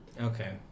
Okay